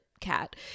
cat